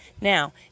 now